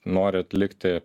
nori atlikti